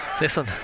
listen